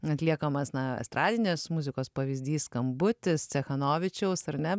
atliekamas na estradinės muzikos pavyzdys skambutis cechanovičiaus ar